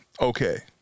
Okay